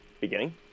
beginning